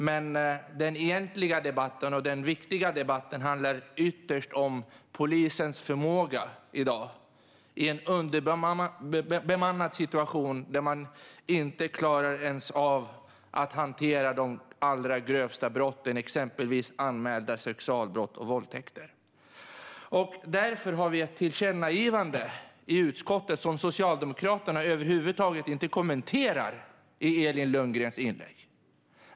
Men den egentliga debatten handlar ytterst om polisens förmåga i en underbemannad situation där den inte ens klarar av att hantera de allra grövsta brotten, exempelvis anmälda sexualbrott och våldtäkter. Därför har utskottet ett tillkännagivande, som Socialdemokraternas Elin Lundgren över huvud taget inte kommenterar i sitt inlägg.